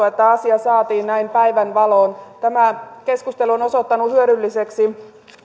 että asia saatiin näin päivänvaloon tämä keskustelu on osoittautunut hyödylliseksi